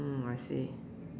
mm I see